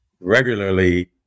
regularly